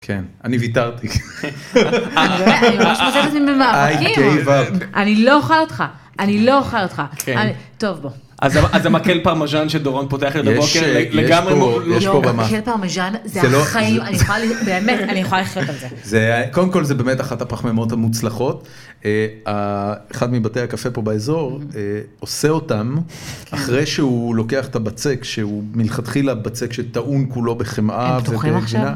כן, אני ויתרתי. אני ממש ..., אני לא אוכל אותך, אני לא אוכל אותך. טוב, בוא. אז המקל פרמז'ן שדורון פותח את הבוקר, לגמרי, יש פה במה. מקל פרמז'ן, זה החיים, באמת, אני יכולה לחיות על זה. קודם כל, זה באמת אחת הפחממות המוצלחות. אחד מבתי הקפה פה באזור עושה אותם, אחרי שהוא לוקח את הבצק, שהוא מלכתחילה הבצק, שטעון כולו בחמאה ובגבינה. הם פתוחים עכשיו?